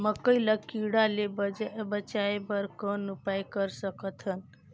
मकई ल कीड़ा ले बचाय बर कौन उपाय कर सकत हन?